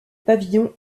pavillon